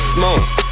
Smoke